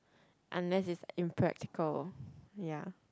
unless it's impractical ya